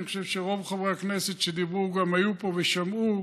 אני חושב שרוב חברי הכנסת שדיברו גם היו פה ושמעו,